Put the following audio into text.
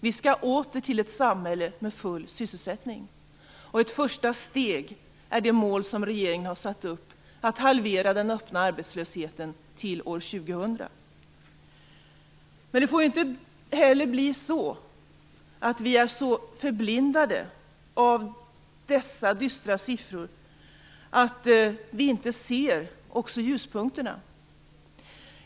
Vi skall åter till ett samhälle med full sysselsättning. Ett första steg är det mål som regeringen har satt upp, att halvera den öppna arbetslösheten till år 2000. Men vi får inte heller bli så förblindade av alla dystra siffror att vi inte ser ljuspunkterna.